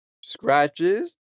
scratches